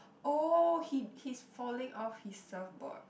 oh he he's falling off his surf board